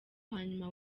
hanyuma